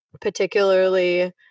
particularly